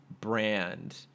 brand